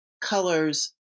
colors